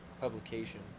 publication